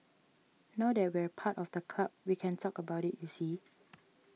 now that we're part of the club we can talk about you see